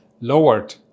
lowered